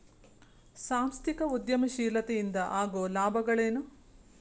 ಸಾಂಸ್ಥಿಕ ಉದ್ಯಮಶೇಲತೆ ಇಂದ ಆಗೋ ಲಾಭಗಳ ಏನು